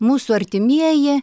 mūsų artimieji